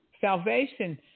salvation